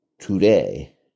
today